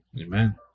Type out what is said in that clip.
Amen